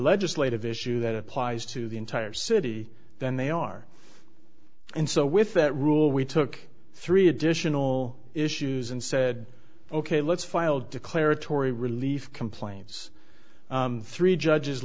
legislative issue that applies to the entire city then they are and so with that rule we took three additional issues and said ok let's file declaratory relief complaints three judges